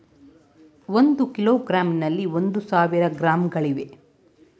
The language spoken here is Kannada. ಒಂದು ಕಿಲೋಗ್ರಾಂನಲ್ಲಿ ಒಂದು ಸಾವಿರ ಗ್ರಾಂಗಳಿವೆ